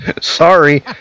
Sorry